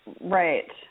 right